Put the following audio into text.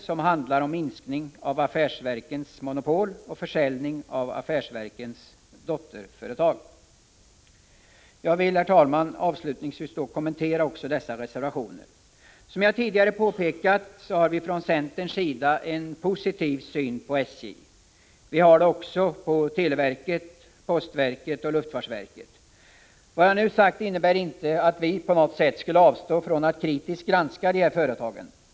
Den ena handlar om minskning av affärsverkens monopol och den andra om försäljning av affärsverkens dotterföretag. Jag vill, herr talman, avslutningsvis något kommentera också dessa reservationer. Som jag tidigare påpekat har vi från centerns sida en positiv syn på SJ. Vi har samma positiva syn på televerket, postverket och luftfartsverket. Vad jag nu sagt innebär emellertid inte att vi på något sätt skulle avstå från att kritiskt granska dessa företag.